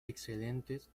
excelentes